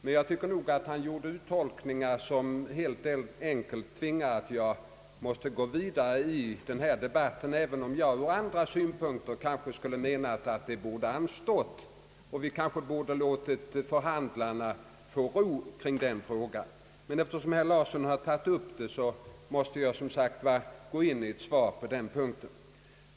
Men jag tycker nog att han gjorde uttolkningar, som helt enkelt tvingar mig att gå vidare i denna debatt, även om jag ur alla synpunkter kanske skulle ha menat att det borde ha fått anstå och att vi kanske borde ha låtit förhandlarna fått ro kring frågan. Eftersom herr Thorsten Larsson tog upp ämnet, måste jag som sagt dock gå i svaromål på den punkten.